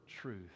truth